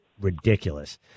ridiculous